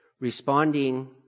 responding